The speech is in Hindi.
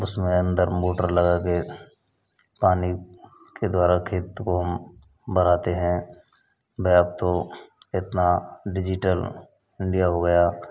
उसमें में अंदर मोटर लगा कर पानी के द्वारा खेत को बराते हैं बे अब तो इतना डिजिटल इंडिया हो गया